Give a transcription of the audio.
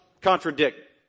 contradict